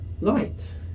light